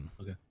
Okay